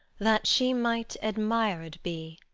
that she might admired be.